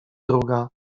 druga